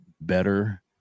better